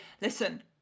Listen